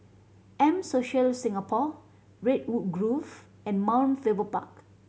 M Social Singapore Redwood Grove and Mount Faber Park